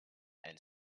and